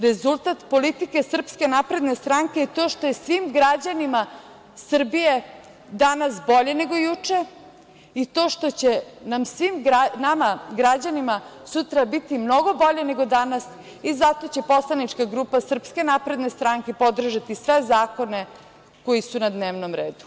Rezultat politike SNS je to što je svim građanima Srbije danas bolje nego juče i to što će svima nama, građanima, sutra biti mnogo bolje nego danas i zato će poslanička grupa SNS podržati sve zakone koji su na dnevnom redu.